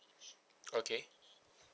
okay